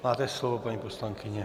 Máte slovo, paní poslankyně.